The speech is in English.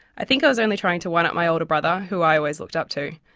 i think i was only trying to one-up my older brother who i always looked up to,